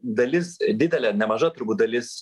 dalis didelė nemaža turbūt dalis